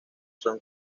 son